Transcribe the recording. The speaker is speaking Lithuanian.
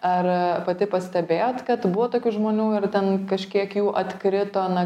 ar pati pastebėjot kad buvo tokių žmonių ir ten kažkiek jų atkrito na